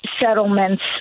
settlements